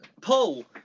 Paul